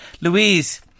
Louise